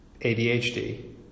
ADHD